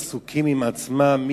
עסוקים בעצמם,